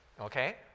Okay